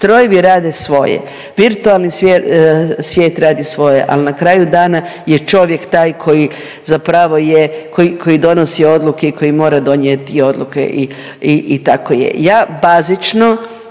Strojevi rade svoje, virtualnu svijet radi svoje, ali na kraju dana je čovjek taj koji zapravo je, koji donosi odluke i koji mora donijeti odluke i tako je. Ja bazično